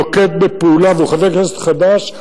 והוא חבר כנסת חדש,